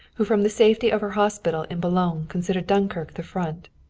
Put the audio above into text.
who from the safety of her hospital in boulogne considered dunkirk the front.